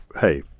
hey